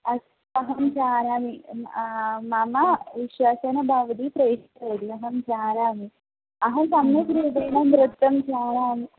अस्तु अहं जानामि मम विश्वासेन भवती प्रेषितवती अहं जानामि अहं सम्यक् रूपेण नृत्यं जानामि